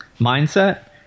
mindset